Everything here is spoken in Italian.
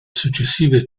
successive